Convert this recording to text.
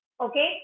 Okay